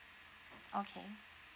okay